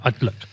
look